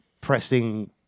pressing